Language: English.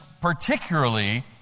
particularly